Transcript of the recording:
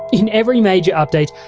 in every major update,